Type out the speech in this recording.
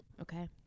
Okay